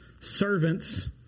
servants